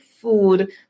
food